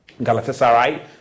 Galatasaray